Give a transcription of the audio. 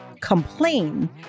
complain